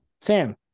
Sam